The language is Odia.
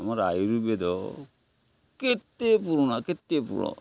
ଆମର ଆୟୁର୍ବେଦ କେତେ ପୁରୁଣା କେତେ ପୁରୁଣା